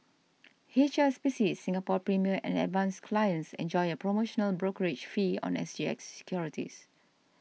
H S B C Singapore Premier and Advance clients enjoy a promotional brokerage fee on S G X securities